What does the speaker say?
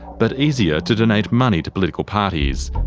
but easier to donate money to political parties.